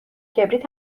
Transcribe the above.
کبریت